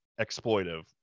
exploitive